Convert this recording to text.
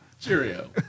Cheerio